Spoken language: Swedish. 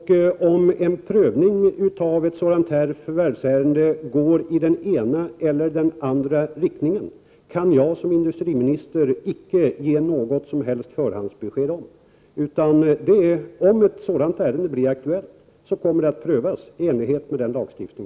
Om en prövning av ett sådant här förvärvsärende kommer att gå i den ena eller den andra riktningen, kan jag som industriminister icke ge något som helst förhandsbesked om. Skulle ett sådant ärende bli aktuellt, kommer det att prövas i enlighet med gällande lagstiftning.